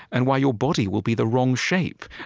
and why your body will be the wrong shape,